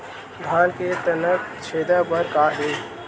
धान के तनक छेदा बर का हे?